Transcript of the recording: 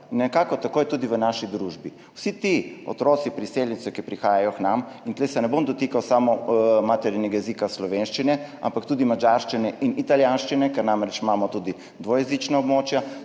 Nekako tako je tudi v naši družbi. Vsi ti otroci priseljencev, ki prihajajo k nam – in tu se ne bom dotikal samo maternega jezika slovenščine, ampak tudi madžarščine in italijanščine, ker imamo namreč tudi dvojezična območja